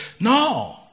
No